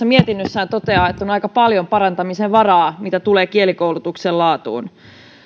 mietinnössään toteaa että on aika paljon parantamisen varaa mitä tulee kielikoulutuksen laatuun